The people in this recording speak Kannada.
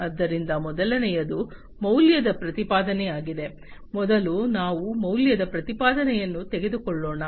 ಆದ್ದರಿಂದ ಮೊದಲನೆಯದು ಮೌಲ್ಯದ ಪ್ರತಿಪಾದನೆಯಾಗಿದೆ ಮೊದಲು ನಾವು ಮೌಲ್ಯದ ಪ್ರತಿಪಾದನೆಯನ್ನು ತೆಗೆದುಕೊಳ್ಳೋಣ